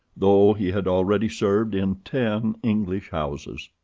though he had already served in ten english houses.